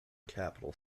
capital